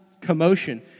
commotion